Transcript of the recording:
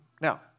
Now